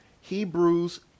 hebrews